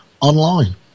online